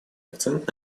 акцент